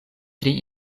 tri